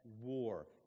war